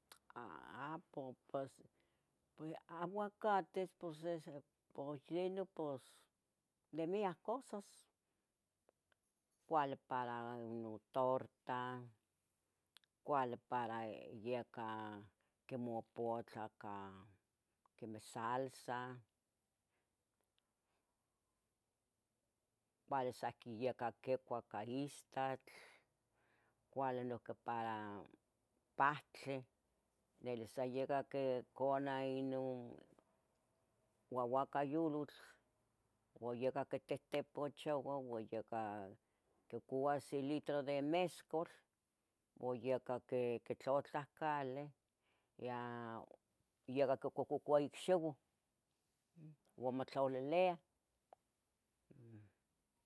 Aa po pos pue aguacates pos es el poy tlenoh pos de miac cosas, cuali para ino torta, cuali para yecah quimopuatla quemeh salsa, cuali sa ihqui yaca quicua ca istatl, cuali noyihqui para pahtli, tlelaseyaca qui cona ino guaguacayulotl ua yaca tihtipachoua ua yaca quicoua se litro de mezcul, ua yaca qui quitlatlahcalih ya yacah quicococua icxiuah ua motlaliliah